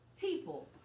people